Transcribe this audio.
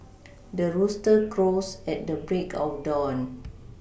the rooster crows at the break of dawn